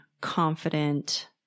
confident